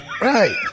Right